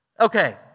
Okay